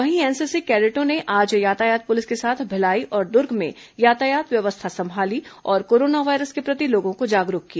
वहीं एनसीसी के कैडेटों ने आज यातायात पुलिस के साथ भिलाई और दुर्ग में यातायात व्यवस्था संभाली और कोरोना वायरस के प्रति लोगों को जागरूक किया